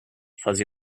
fuzzy